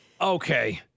okay